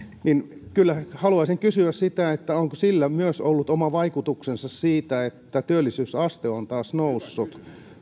kyllä haluaisin kysyä sitä onko sillä myös ollut oma vaikutuksensa siihen että työllisyysaste on taas noussut